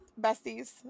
besties